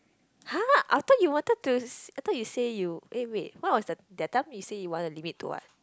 !huh! I thought you wanted to s~ I thought you say you eh wait what was the that time you say you want to limit to what